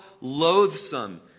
loathsome